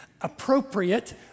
appropriate